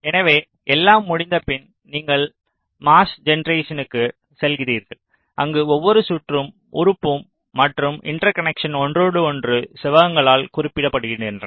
எனவே எல்லாம் முடிந்தபின் நீங்கள் மாஸ்க் ஜெனெரேஷன்னுக்கு செல்கிறீர்கள் அங்கு ஒவ்வொரு சுற்று உறுப்பும் மற்றும் இன்டர்கனக்க்ஷன் ஒன்றோடொன்று செவ்வகங்களால் குறிப்பிடப்படுகின்றன